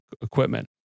equipment